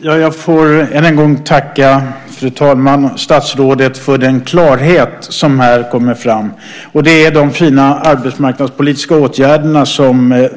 Fru talman! Jag får än en gång tacka statsrådet för den klarhet som här kommer fram. Som jag ser det är det de fina arbetsmarknadspolitiska åtgärder som